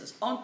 On